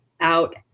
out